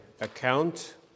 account